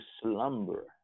slumber